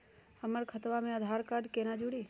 हमर खतवा मे आधार कार्ड केना जुड़ी?